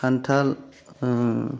खान्थाल